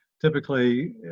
typically